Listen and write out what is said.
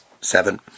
seven